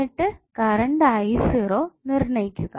എന്നിട്ട് കറണ്ട് നിർണ്ണയിക്കുക